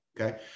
okay